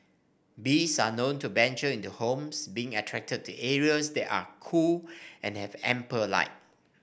bees are known to venture into homes being attracted to areas that are cool and have ample light